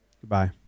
Goodbye